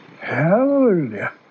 Hallelujah